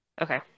Okay